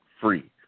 free